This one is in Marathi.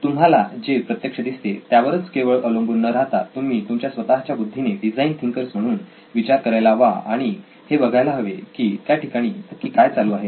तुम्हाला जे प्रत्यक्ष दिसते त्यावरच केवळ अवलंबून न राहता तुम्ही तुमच्या स्वतःच्या बुद्धीने डिझाईन थिंकर्स design thinker's म्हणून विचार करायला हवा आणि हे बघायला हवे की त्या ठिकाणी नक्की काय चालू आहे